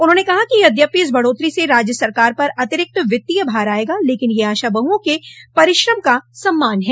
उन्होंने कहा कि यद्यपि इस बढ़ोत्तरी से राज्य सरकार पर अतिरिक्त वित्तीय भार आयेगा लेकिन यह आशा बहुओं के परिश्रम का सम्मान है